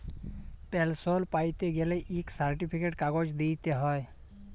পেলসল প্যাইতে গ্যালে ইক সার্টিফিকেট কাগজ দিইতে হ্যয়